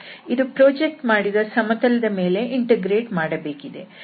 ಇದನ್ನು ಪ್ರೊಜೆಕ್ಟ್ ಮಾಡಿದ ಸಮತಲದ ಮೇಲೆ ಇಂಟಿಗ್ರೇಟ್ ಮಾಡಬೇಕಿದೆ